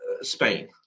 Spain